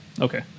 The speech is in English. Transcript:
Okay